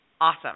Awesome